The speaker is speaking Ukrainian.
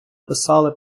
писали